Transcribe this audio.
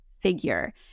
figure